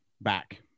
back